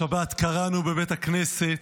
השבת קראנו בבית הכנסת: